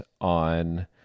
on